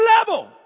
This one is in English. level